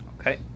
okay